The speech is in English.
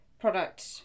product